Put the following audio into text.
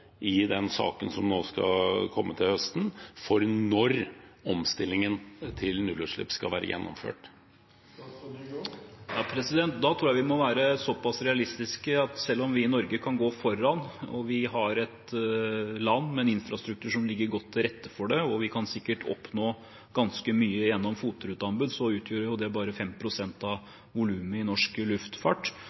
i den saken som skal komme til høsten, for når omstillingen til nullutslipp skal være gjennomført? Da tror jeg vi må være såpass realistiske at selv om vi i Norge kan gå foran, og vi har et land med en infrastruktur som ligger godt til rette for det, og vi sikkert kan oppnå ganske mye gjennom fotruteanbud, så utgjør det bare 5 pst. av volumet i norsk luftfart